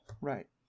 Right